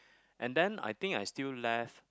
and then I think I still left